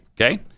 okay